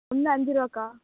ஒன்று அஞ்சு ரூபாக்கா